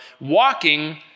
walking